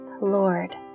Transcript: Lord